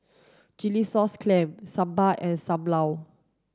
chilli sauce clams sambal and Sam Lau